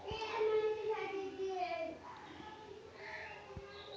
crutching से मतलब भेडेर नेंगड चारों भीति आर पिछला पैरैर बीच से ऊनक हटवा से छ